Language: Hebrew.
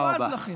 אני בז לכם.